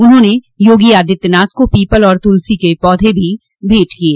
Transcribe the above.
उन्होंने योगी आदित्यनाथ को पीपल और तुलसी के पौधे भी भेट किये